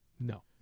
No